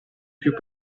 più